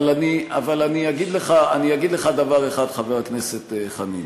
אבל אני אגיד לך דבר אחד, חבר הכנסת חנין,